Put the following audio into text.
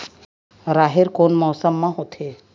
राहेर कोन मौसम मा होथे?